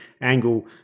angle